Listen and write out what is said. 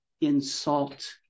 insult